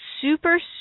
Super